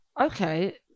Okay